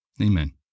Amen